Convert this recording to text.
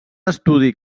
estudi